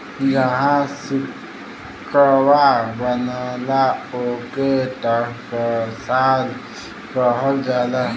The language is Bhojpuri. जहाँ सिक्कवा बनला, ओके टकसाल कहल जाला